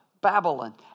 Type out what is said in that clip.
Babylon